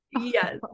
Yes